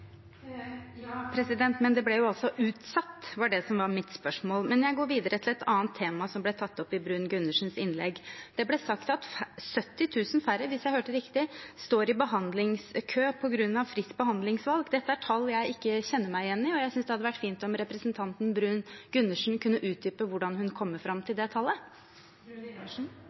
Ja, men det ble utsatt, det var det spørsmålet mitt gjaldt. Men jeg går videre til et annet tema som ble tatt opp i representanten Bruun-Gundersens innlegg. Det ble sagt at 70 000 færre – hvis jeg hørte riktig – står i behandlingskø på grunn av fritt behandlingsvalg. Dette er tall jeg ikke kjenner meg igjen i, og jeg synes det hadde vært fint om representanten Bruun-Gundersen kunne utdype hvordan hun kommer fram til det tallet.